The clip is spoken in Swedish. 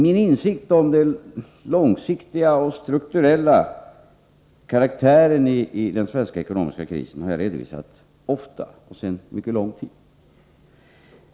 Min insikt om den långsiktiga och strukturella karaktären i den svenska ekonomiska krisen har jag redovisat ofta och sedan mycket lång tid.